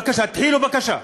בבקשה.